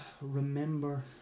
remember